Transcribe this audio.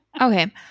Okay